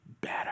better